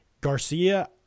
Garcia